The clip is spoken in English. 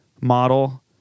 model